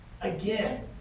again